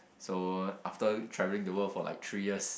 so after travelling the world for like three years